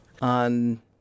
...on